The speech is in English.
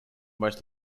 most